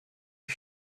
die